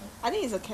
oh my god